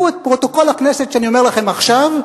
קחו את פרוטוקול הכנסת, שאני אומר לכם, עכשיו,